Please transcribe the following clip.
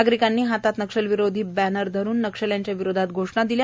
नागरिकांनी हातात नक्षलविरोधी ब्रुरन धरुन नक्षल्यांच्या विरोधात घोषणा दिल्या